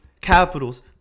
Capitals